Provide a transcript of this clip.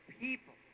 people